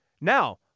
Now